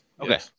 Okay